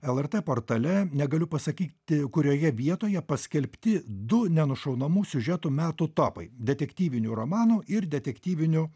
lrt portale negaliu pasakyti kurioje vietoje paskelbti du nenušaunamų siužetų metų topai detektyvinių romanų ir detektyvinių